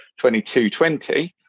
2220